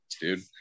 dude